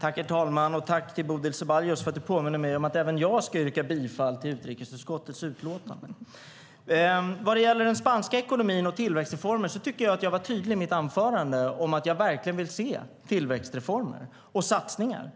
Herr talman! Jag tackar Bodil Ceballos för att hon påminde mig om att även jag ska yrka bifall. Jag yrkar alltså bifall till förslaget i utrikesutskottets utlåtande. Jag tycker att jag var tydlig i mitt anförande om att jag verkligen vill se tillväxtreformer och satsningar.